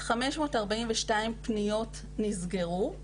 542 פניות נסגרו.